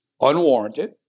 unwarranted